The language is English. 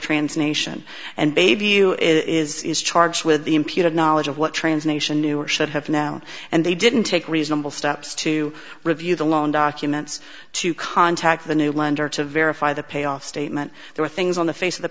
trans nation and baby is is charged with the imputed knowledge of what trans nation knew or should have now and they didn't take reasonable steps to review the loan documents to contact the new lender to verify the pay off statement there are things on the face of the